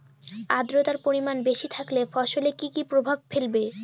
আদ্রর্তার পরিমান বেশি থাকলে ফসলে কি কি প্রভাব ফেলবে?